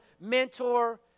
mentor